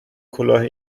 کلاه